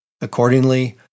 Accordingly